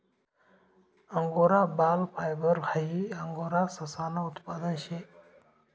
angora बाल fibre हाई Angora ससानं उत्पादन शे